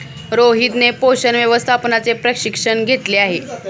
रोहितने पोषण व्यवस्थापनाचे प्रशिक्षण घेतले आहे